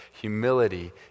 humility